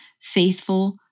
faithful